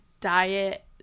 diet